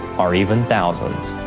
or even thousands.